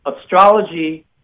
astrology